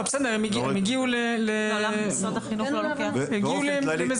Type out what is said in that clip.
הם הגיעו לסיכום משותף.